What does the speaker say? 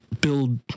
build